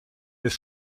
des